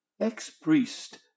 Ex-priest